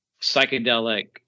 psychedelic